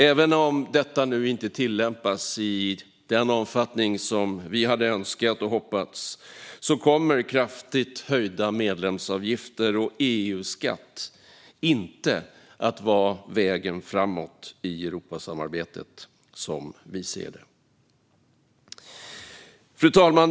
Även om detta nu inte tillämpas i den omfattning som vi hade önskat och hoppats kommer kraftigt höjda medlemsavgifter och EU-skatt inte att vara vägen framåt i Europasamarbetet, som vi ser det. Fru talman!